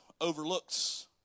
overlooks